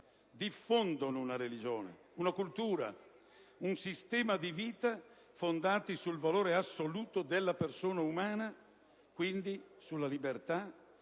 diffondono una religione, una cultura e un sistema di vita fondati sul valore assoluto della persona umana, quindi sulla libertà,